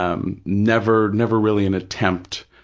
um never never really an attempt,